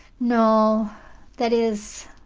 no that is,